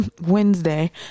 Wednesday